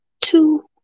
two